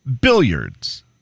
Billiards